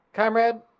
Comrade